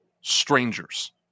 strangers